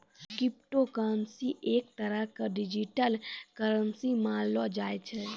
crypto currency एक तरह के डिजिटल करन्सी मानलो जाय छै